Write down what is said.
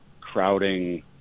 crowding